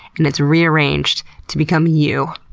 and it's rearranged to become you.